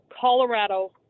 Colorado